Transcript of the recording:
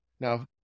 Now